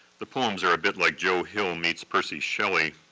the poems are a bit like joe hill meets percy shelley,